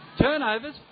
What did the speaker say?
Turnovers